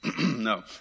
No